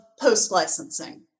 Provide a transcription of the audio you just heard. post-licensing